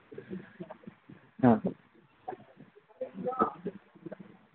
ꯑꯥ